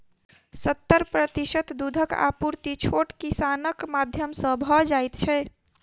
सत्तर प्रतिशत दूधक आपूर्ति छोट किसानक माध्यम सॅ भ जाइत छै